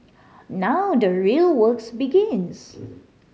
now the real works begins